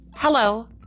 Hello